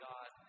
God